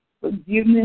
Forgiveness